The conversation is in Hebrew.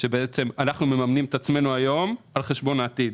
שבעצם אנחנו מממנים את עצמנו היום על חשבון העתיד,